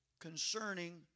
concerning